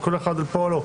וכל אחד ופועלו,